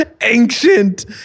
ancient